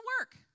work